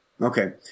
okay